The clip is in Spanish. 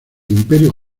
imperio